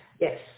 Yes